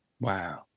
Wow